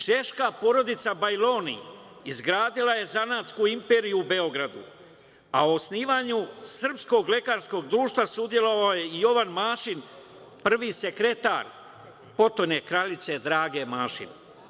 Češka porodica Bajloni izgradila je zanatsku imperiju u Beogradu, a o osnivanju Srpskog lekarskog društva sudelovao je i Jovan Mašin, prvi sekretar potone kraljice Drage Mašin.